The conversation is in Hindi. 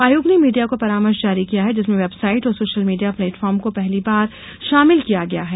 आयोग ने मीडिया को परामर्श जारी किया है जिसमें वेबसाइट और सोशल मीडिया प्लेटफार्म को पहली बार शामिल किया गया है